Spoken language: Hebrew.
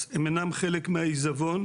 אין לי עוד ילדים,